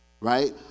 right